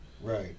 Right